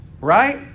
Right